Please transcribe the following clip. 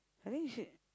I think you should